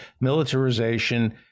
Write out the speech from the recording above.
militarization